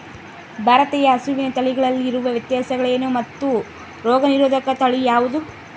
ಭಾರತೇಯ ಹಸುವಿನ ತಳಿಗಳಲ್ಲಿ ಇರುವ ವ್ಯತ್ಯಾಸಗಳೇನು ಮತ್ತು ರೋಗನಿರೋಧಕ ತಳಿ ಯಾವುದು?